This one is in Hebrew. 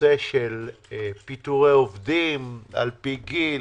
נושא של פיטורי עובדים על פי גיל.